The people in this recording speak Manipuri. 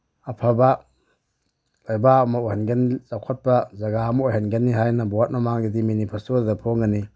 ꯑꯐꯕ ꯂꯩꯕꯥꯛ ꯑꯃ ꯑꯣꯏꯍꯟꯒꯅꯤ ꯆꯥꯎꯈꯠꯄ ꯖꯒꯥ ꯑꯃ ꯑꯣꯏꯍꯟꯒꯅꯤ ꯍꯥꯏꯅ ꯕꯣꯠ ꯃꯃꯥꯡꯗꯗꯤ ꯃꯦꯅꯤꯐꯦꯁꯇꯣꯗ ꯐꯣꯡꯉꯅꯤ